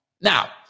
Now